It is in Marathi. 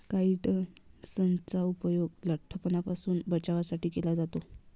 काइट्सनचा उपयोग लठ्ठपणापासून बचावासाठी केला जातो